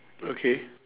okay